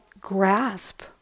grasp